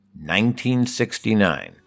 1969